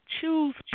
Choose